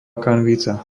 kanvica